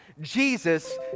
jesus